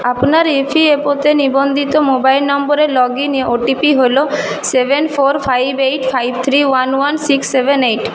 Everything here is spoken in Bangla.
আপনার ই পি এফ ওতে নিবন্ধিত মোবাইল নম্বরে log in O T P হলো seven four five eight five three one one six seven eight